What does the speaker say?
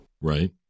Right